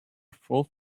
full